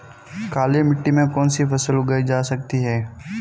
काली मिट्टी में कौनसी फसल उगाई जा सकती है?